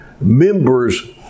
members